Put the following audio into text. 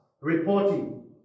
reporting